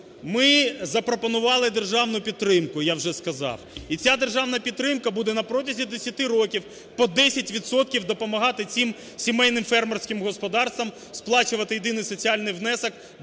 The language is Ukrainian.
Ми запропонували державну підтримку, я вже сказав. І ця державна підтримка буде на протязі 10 років по десять відсотків допомагати цім сімейним фермерським господарствам сплачувати єдиний соціальний внесок до